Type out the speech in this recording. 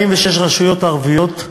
רשויות ערביות,